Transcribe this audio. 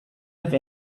have